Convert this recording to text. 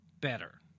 better